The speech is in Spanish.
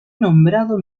nombrado